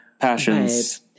passions